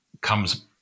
comes